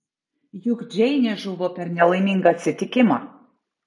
juk džeinė žuvo per nelaimingą atsitikimą